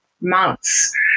months